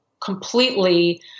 completely